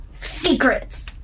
Secrets